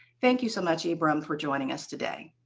thank you so much, ibram, for joining us today.